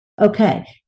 okay